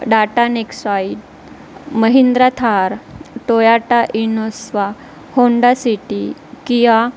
Tata Nexon Mahindra Thar Toyota Innova Honda city Kia